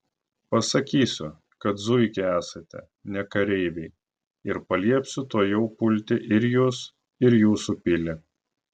pasakysiu kad zuikiai esate ne kareiviai ir paliepsiu tuojau pulti ir jus ir jūsų pilį